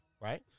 right